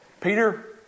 Peter